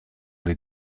les